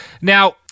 Now